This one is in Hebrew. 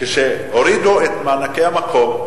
כשהורידו את מענקי המקום?